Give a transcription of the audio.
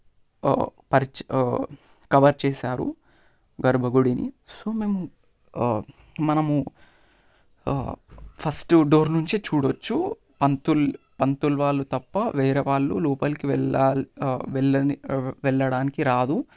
పరిచే కవర్ చేసారు గర్భగుడిని సో మేము మనము ఫస్ట్ డోర్ నుంచి చూడవచ్చు పంతుల్ పంతులు వాళ్ళు తప్ప వేరే వాళ్ళు లోపలికి వెళ్ళ వెళ్ళని వెళ్ళడానికి రాదు